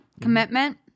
Commitment